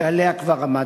שעליה כבר עמדתי.